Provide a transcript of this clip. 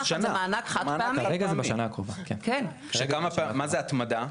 מה זה התמדה?